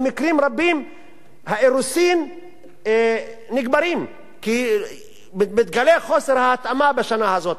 במקרים רבים האירוסין נגמרים כי מתגלה חוסר ההתאמה בשנה הזו.